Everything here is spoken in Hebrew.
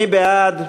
מי בעד?